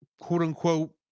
quote-unquote